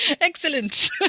excellent